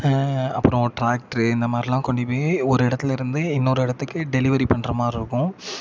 அப்புறம் ட்ராக்டரு இந்த மாதிரில்லாம் கொண்டு போய் ஒரு இடத்துல இருந்து இன்னோரு இடத்துக்கு டெலிவரி பண்ணுற மாதிரி இருக்கும்